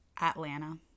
Atlanta